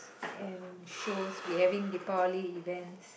and shows we having Deepavali events